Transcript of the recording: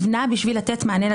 המינהליות-הציבוריות.